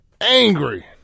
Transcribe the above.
angry